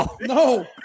no